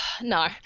No